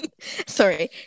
Sorry